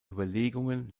überlegungen